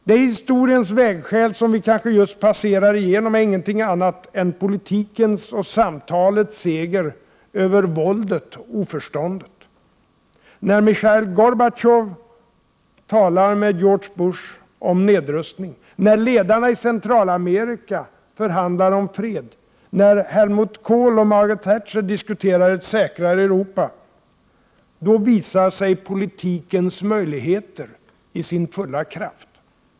Det historiens vägskäl som vi kanske just passerar igenom är ingenting annat än politikens och samtalens seger över våldet och oförståndet. När Michail Gorbatjov talar med George Bush om nedrustning, när ledarna i Centralamerika förhandlar om fred, när Helmut Kohl och Margaret Thatcher diskuterar ett säkrare Europa visar sig politikens möjligheter i sin fulla kraft.